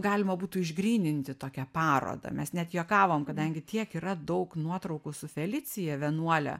galima būtų išgryninti tokią parodą mes net juokavom kadangi tiek yra daug nuotraukų su felicija vienuole